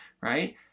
right